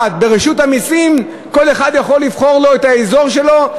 ברשות המסים כל אחד יכול לבחור לו את האזור שלו?